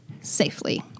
safely